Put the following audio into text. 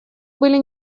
были